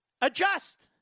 adjust